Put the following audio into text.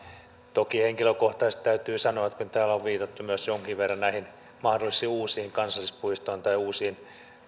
toki henkilökohtaisesti täytyy sanoa kun täällä on viitattu myös jonkin verran näihin mahdollisiin uusiin kansallispuistoihin tai uusiin